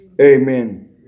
amen